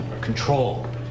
control